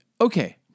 Okay